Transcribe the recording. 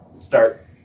start